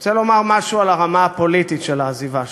אני רוצה לומר משהו על הרמה הפוליטית של העזיבה שלך.